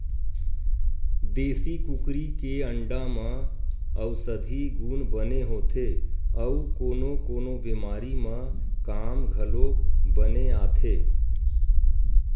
देसी कुकरी के अंडा म अउसधी गुन बने होथे अउ कोनो कोनो बेमारी म काम घलोक बने आथे